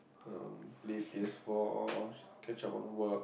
erm play P_S-four or catch up on work